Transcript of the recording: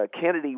Kennedy